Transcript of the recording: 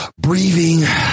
breathing